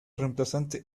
reemplazante